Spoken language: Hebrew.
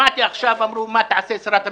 שמעתי עכשיו שאמרו, מה תעשה שרת המשפטים?